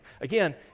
Again